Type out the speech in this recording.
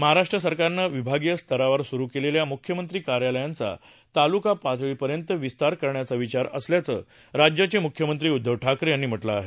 महाराष्ट्र सरकारनं विभागीय स्तरावर सुरु केलेल्या मुख्यमंत्री कार्यालयांचा तालुका पातळीपर्यंत विस्तार करण्याचा विचार असल्याचं राज्याचे मुख्यमंत्री उद्धव ठाकरे यांनी म्हटलं आहे